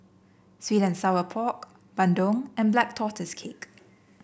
sweet and Sour Pork bandung and Black Tortoise Cake